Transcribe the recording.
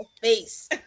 face